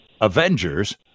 Avengers